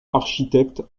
architecte